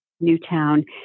Newtown